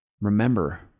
Remember